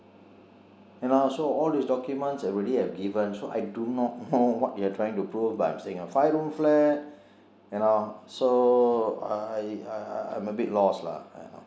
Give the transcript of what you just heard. and uh also all these documents I already have given so I do not know what you are trying to prove by saying I am staying in a five room flat you know so I I I I am a bit lost lah